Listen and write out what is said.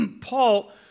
Paul